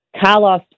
Carlos